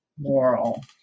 moral